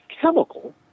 chemical